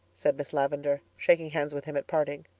said miss lavendar, shaking hands with him at parting.